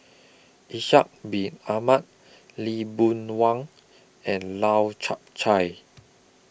Ishak Bin Ahmad Lee Boon Wang and Lau Chiap Khai